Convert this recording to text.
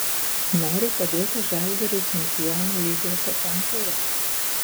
noriu padėti žalgiriui čempionų lygos atrankoje